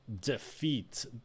defeat